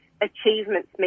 achievements